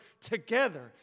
together